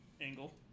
angle